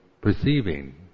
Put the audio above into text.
perceiving